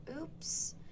oops